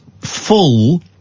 full